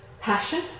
Passion